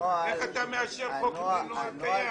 איך אתה מאשר חוק בלי נוהל קיים?